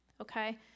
okay